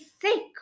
sick